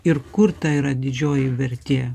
ir kur ta yra didžioji vertė